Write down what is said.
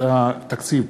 ניצן הורוביץ,